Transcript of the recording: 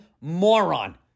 moron